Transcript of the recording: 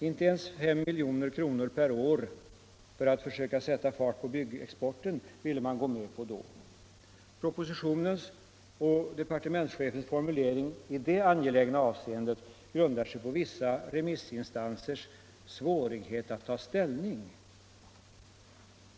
Inte ens 5 milj.kr. per år för att försöka sätta fart på byggexporten ville man gå med på. Propositionens och departementschefens formulering i detta angelägna avseende grundar sig på vissa remissinstansers ”svårighet att ta ställning”.